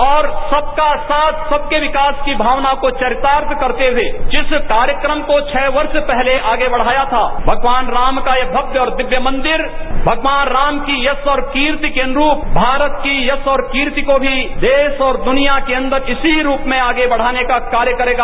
और सबका साथ सबके विकासकी भावना को चरितार्थ करते हुए जिस कार्यक्रम को छः वर्ष पहले आगे बढ़ाया थाभगवान राम का यह भव्य और दिव्य मंदिर भगवानराम की यश और कीर्ति के अनुरूप भारत की यश और कीर्ति को भी देश और दुनिया के अन्दर इसी रूप में आगे बढ़ाने का कार्य करेगा